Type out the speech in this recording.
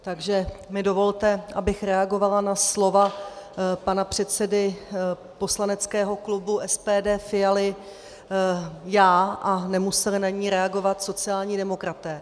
Takže mi dovolte, abych reagovala na slova pana předsedy poslaneckého klubu SPD Fialy já a nemuseli na ni reagovat sociální demokraté.